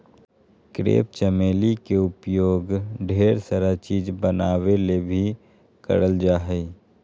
crepe चमेली के उपयोग ढेर सारा चीज़ बनावे ले भी करल जा हय